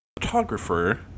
photographer